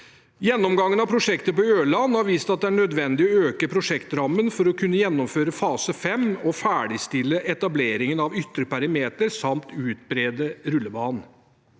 Gjennomgangen av prosjektet på Ørland har vist at det er nødvendig å øke prosjektrammen for å kun ne gjennomføre fase fem og ferdigstille etableringen av ytre perimeter samt utbedre rullebanen.